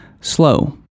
slow